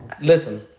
Listen